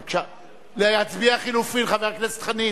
בבקשה, להצביע לחלופין, חבר הכנסת חנין?